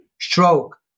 stroke